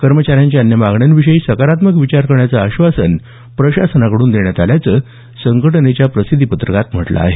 कर्मचाऱ्यांच्या अन्य मागण्यांविषयी सकारात्मक विचार करण्याचं आश्वासन प्रशासनाकडून देण्यात आल्याचं संघटनेच्या प्रसिध्दीपत्रकात म्हटलं आहे